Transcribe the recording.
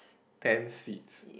ten seeds